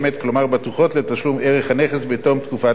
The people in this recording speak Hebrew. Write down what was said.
בטוחות לתשלום ערך הנכס בתום תקופת ההליכים.